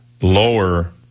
lower